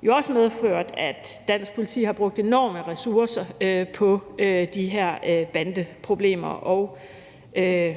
det har jo også medført, at dansk politi har brugt enorme ressourcer på de her bandeproblemer i